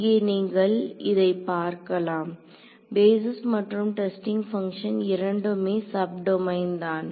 இங்கே நீங்கள் இதை பார்க்கலாம் பேஸிஸ் மற்றும் டெஸ்டிங் பங்ஷன் இரண்டுமே சப் டொமைன் தான்